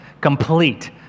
complete